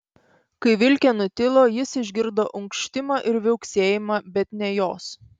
kai vilkė nutilo jis išgirdo unkštimą ir viauksėjimą bet ne jos